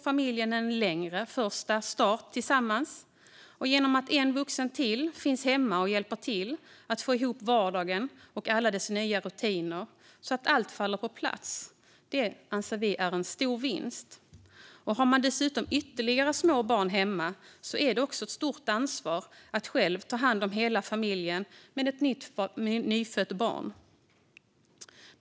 Familjen får en längre start tillsammans, och genom att en vuxen till finns hemma och hjälper till att få ihop vardagen och alla dess nya rutiner faller allt på plats. Detta anser vi är en stor vinst. Har man dessutom ytterligare små barn hemma är det också ett stort ansvar att själv ta hand om hela familjen med ett nyfött barn.